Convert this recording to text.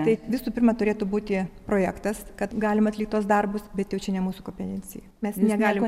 tai visų pirma turėtų būti projektas kad galima atlikt tuos darbus bet jau čia ne mūsų kompetencija mes negalim